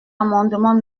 amendement